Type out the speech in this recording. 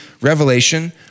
Revelation